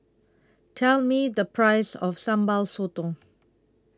Tell Me The Price of Sambal Sotong